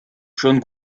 schon